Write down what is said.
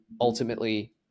ultimately